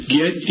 get